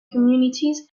communities